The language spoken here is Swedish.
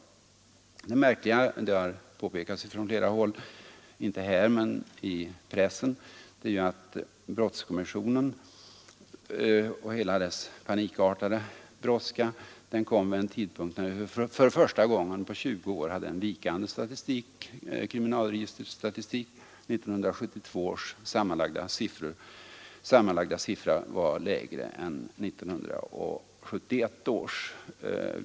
Men det är märkligt — och det har påpekats från flera håll, inte här men i pressen — att brottskommissionen tillkom och dess panikartade brådska utspelades vid en tidpunkt då vi för första gången på 20 år noterade en vikande kriminalregisterstatistik — 1972 års sammanlagda siffror som var lägre än 1971 års.